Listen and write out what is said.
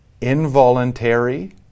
involuntary